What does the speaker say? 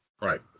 Right